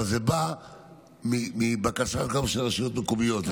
אבל זה בא גם מבקשה של רשויות מקומיות.